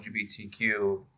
LGBTQ